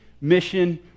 mission